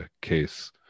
case